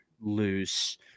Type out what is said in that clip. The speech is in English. loose